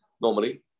normally